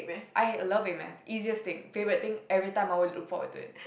I love A math easiest thing favourite thing everytime I will look forward to it